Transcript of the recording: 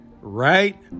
Right